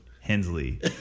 Hensley